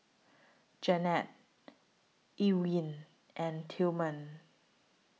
Janette Elwyn and Tillman